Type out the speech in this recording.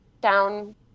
down